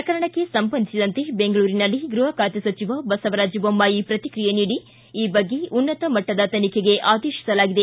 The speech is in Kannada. ಪ್ರಕರಣಕ್ಕೆ ಸಂಬಂಧಿಸಿದಂತೆ ಬೆಂಗಳೂರಿನಲ್ಲಿ ಗೃಹ ಖಾತೆ ಸಚಿವ ಬಸವರಾಜ ಬೊಮ್ಮಾಯಿ ಪ್ರತಿಕ್ರಿಯೆ ನೀಡಿ ಈ ಬಗ್ಗೆ ಉನ್ನತ ಮಟ್ಟದ ತನಿಖೆಗೆ ಆದೇಶಿಸಲಾಗಿದೆ